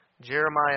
Jeremiah